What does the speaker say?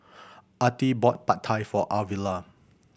Artie bought Pad Thai for Arvilla